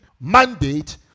mandate